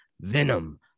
Venom